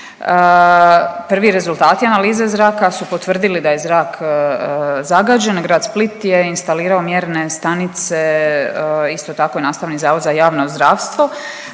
Prvi rezultati analize zraka su potvrdili da je zrak zagađen, grad Split je instalirao mjerne stanice isto tako i Nastavni zavod za javno zdravstvo.